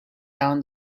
down